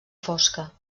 fosca